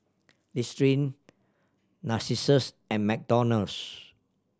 Listerine Narcissus and McDonald's